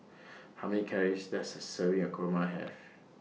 How Many Calories Does A Serving of Kurma Have